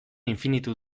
infinitu